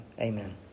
Amen